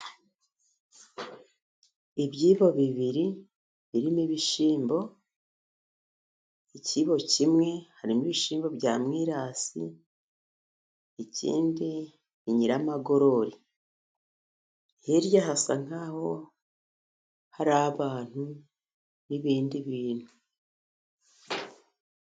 Ibyibo bibiri birimo ibishyimbo. Ikibo kimwe harimo ibishyimbo bya mwirasi, ikindi ni nyiramagorori. Hirya hasa nkaho hari abantu n'ibindi bintu.